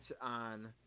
on